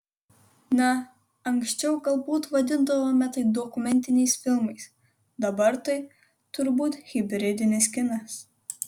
na anksčiau galbūt vadindavome tai dokumentiniais filmais dabar tai turbūt hibridinis kinas